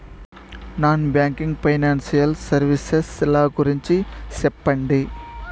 Non banking financial services ల గురించి సెప్పండి?